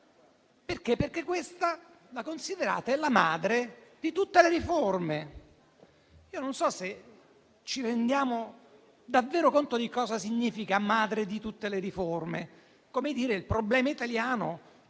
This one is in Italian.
considerate questa come la madre di tutte le riforme. Io non so se ci rendiamo davvero conto di cosa significa "madre di tutte le riforme". È come dire che il problema italiano